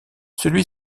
celui